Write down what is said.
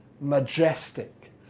majestic